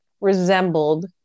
resembled